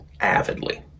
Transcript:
avidly